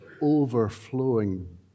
overflowing